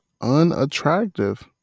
unattractive